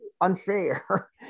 unfair